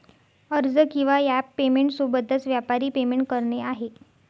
अर्ज किंवा app payment सोबतच, व्यापारी पेमेंट करणे आहे